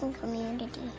Community